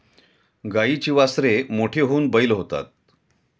गाईची वासरे मोठी होऊन बैल होतात